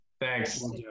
thanks